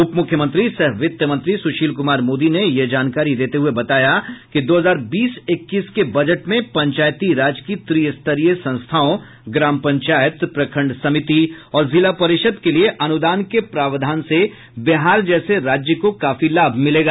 उप मुख्यमंत्री सह वित्त मंत्री सुशील कुमार मोदी ने ये जानकारी देते हुये बताया कि दो हजार बीस इक्कीस के बजट में पंचायती राज की त्रिस्तरीय संस्थाओं ग्राम पंचायत प्रखंड समिति और जिला परिषद के लिये अनुदान के प्रावधान से बिहार जैसे राज्य को काफी लाभ मिलेगा